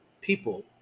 people